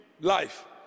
life